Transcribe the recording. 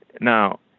Now